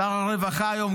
שר הרווחה היום,